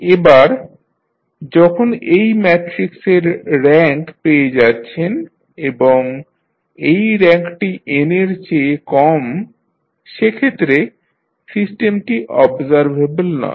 এবার যখন এই ম্যাট্রিক্সের র্যাঙ্ক পেয়ে যাচ্ছেন এবং এই র্যাঙ্কটি n এর চেয়ে কম সেক্ষেত্রে সিস্টেমটি অবজারভেবল নয়